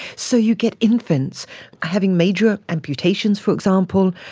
so you get infants having major amputations, for example,